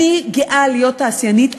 אני גאה להיות תעשיינית,